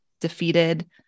defeated